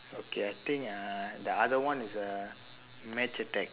okay I think uh the other one is ah match attax